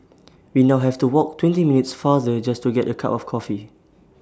we now have to walk twenty minutes farther just to get A cup of coffee